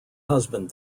husband